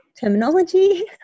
terminology